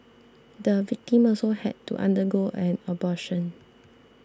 the victim also had to undergo an abortion